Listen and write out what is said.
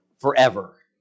forever